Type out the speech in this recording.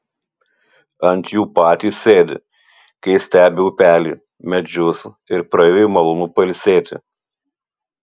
ant jų patys sėdi kai stebi upelį medžius ir praeiviui malonu pailsėti